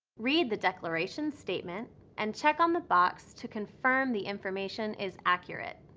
read the declaration statement and check on the box to confirm the information is accurate.